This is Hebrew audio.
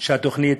שהתוכנית